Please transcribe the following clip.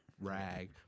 rag